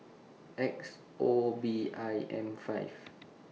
X O B I M five